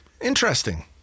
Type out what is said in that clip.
Interesting